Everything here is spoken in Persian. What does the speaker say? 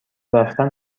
رفتن